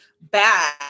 bad